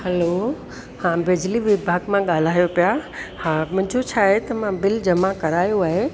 hello हा बिजली विभाग मां ॻाल्हायो पिया हा मुंहिंजो छा आहे त मां बिल जमा करायो आहे